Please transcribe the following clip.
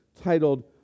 titled